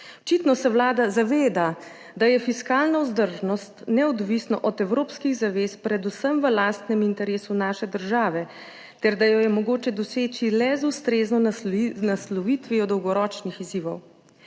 Očitno se Vlada zaveda, da je fiskalna vzdržnost neodvisno od evropskih zavez predvsem v lastnem interesu naše države ter da jo je mogoče doseči le z ustrezno naslovitvijo dolgoročnih izzivov.